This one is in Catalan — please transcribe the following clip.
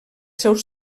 seus